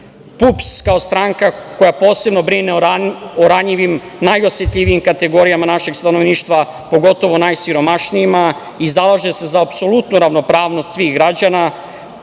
PUPS kao stranka koja posebno brine o ranjivim, najosetljivijim kategorijama našeg stanovništva, pogotovo najsiromašnijima, i zalaže se za apsolutnu ravopravnost svih građana,